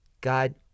God